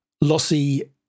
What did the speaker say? lossy